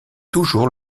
toujours